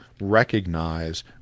recognize